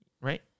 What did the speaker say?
Right